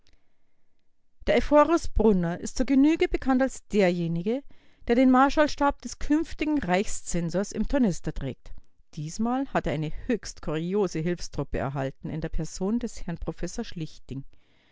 der ephorus brunner ist zur genüge bekannt als derjenige der den marschallstab des künftigen reichszensors im tornister trägt diesmal hat er eine höchst kuriose hilfstruppe erhalten in der person des herrn professor schlichting